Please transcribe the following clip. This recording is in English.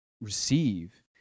receive